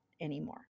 anymore